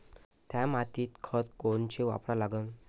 थ्या मातीत खतं कोनचे वापरा लागन?